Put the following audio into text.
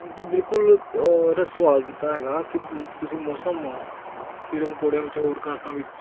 ਜੀ ਬਿਲਕੁਲ ਮੇਰਾ ਸਵਾਲ ਜਿੱਦਾਂ ਹੈਗਾ ਕੀ ਤੁਸੀਂ ਮੌਸਮ ਹੋ ਕੀੜੇ ਮਕੌੜਿਆਂ ਵਿੱਚ ਹੋਰ ਕਾਰਕਾ ਵਿੱਚ